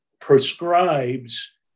prescribes